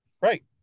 Right